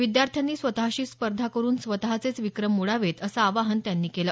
विद्यार्थ्यांनी स्वतशीच स्पर्धा करून स्वतचेच विक्रम मोडावेत असं आवाहन त्यांनी केलं